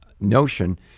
notion